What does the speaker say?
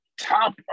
top